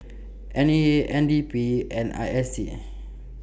N E A N D P and I S D